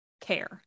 care